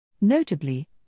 Notably